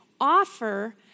offer